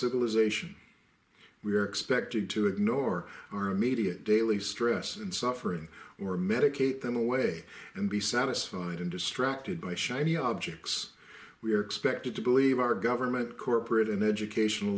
civilization we are expected to ignore our immediate daily stress and suffering or medicate them away and be satisfied and distracted by shiny objects we are expected to believe our government corporate and educational